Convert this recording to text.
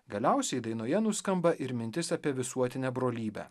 galiausiai dainoje nuskamba ir mintis apie visuotinę brolybę